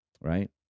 Right